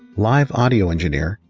live audio engineer,